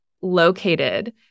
located